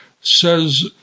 says